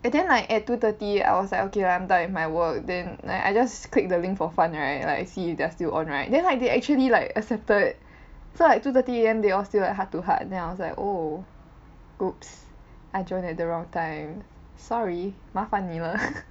and then like at two thirty I was like okay I'm done with my work then like I just click the link for fun right like I see if they're still on right then like they actually like accepted so like two thirty A_M they all still like heart to heart then I was like oh whoops I joined at the wrong time sorry 麻烦你了